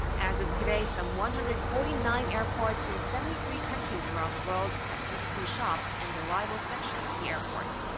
as of today, some one hundred and forty nine airports in seventy three countries around the world have duty-free shops in the arrivals section of the airport.